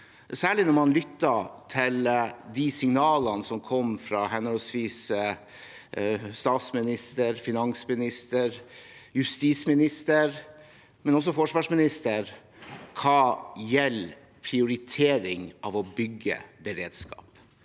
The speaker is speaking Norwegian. særlig da man lyttet til de signalene som kom fra henholdsvis statsminister, finansminister, justisminister og også forsvarsminister hva gjelder prioritering av å bygge beredskap.